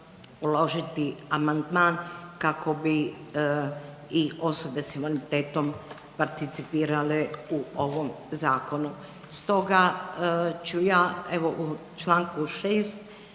uložiti amandman kako bi i osobe s invaliditetom participirale u ovom zakonu. Stoga ću ja evo u čl. 6.